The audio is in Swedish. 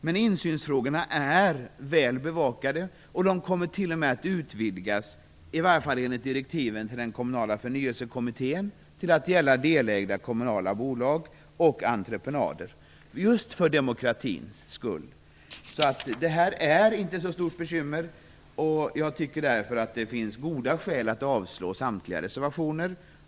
Men insynsfrågorna är väl bevakade, och insynen kommer t.o.m. att utvidgas, i varje fall enligt direktiven till den kommunala förnyelsekommittén, till att just för demokratins skull gälla också delägda kommunala bolag och entreprenader. Det är alltså inte så stora bekymmer med detta, och jag tycker därför att det finns goda skäl att avslå samtliga reservationer.